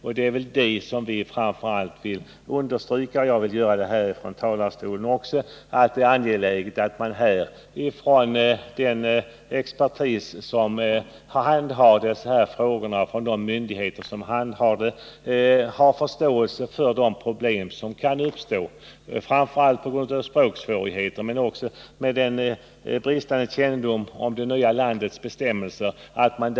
Det är angeläget att den expertis och de myndigheter som handhar dessa frågor har förståelse för de problem som kan uppstå, och aktivt medverkar till att klara upp problemen. Det gäller problem som framför allt uppstår på grund av språksvårigheter och bristande kännedom om det nya landets bestämmelser.